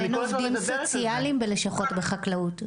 גם אין עובדים סוציאליים בלשכות בענף החקלאות,